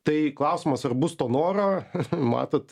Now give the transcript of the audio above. tai klausimas ar bus to noro matot